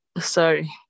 Sorry